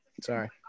Sorry